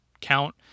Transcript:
count